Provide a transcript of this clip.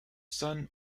son